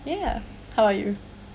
ya how about you